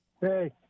Hey